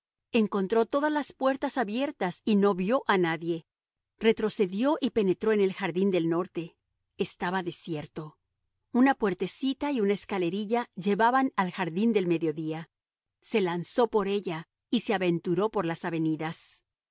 encontró todas las puertas abiertas y no vio a nadie retrocedió y penetró en el jardín del norte estaba desierto una puertecita y una escalerilla llevaban al jardín del mediodía se lanzó por ella y se aventuró por las avenidas